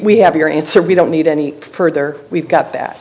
we have your answer we don't need any further we've got that